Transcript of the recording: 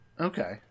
Okay